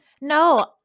no